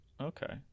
Okay